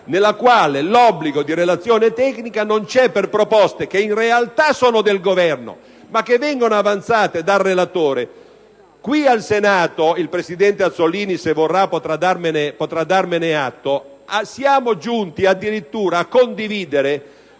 nella quale l'obbligo di relazione tecnica non c'è per proposte che in realtà sono del Governo, ma che vengono avanzate dal relatore. Qui al Senato - e il presidente Azzollini, se vorrà, potrà darmene atto - siamo giunti addirittura a condividere